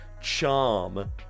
charm